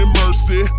mercy